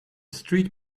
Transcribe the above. street